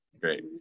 great